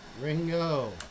Ringo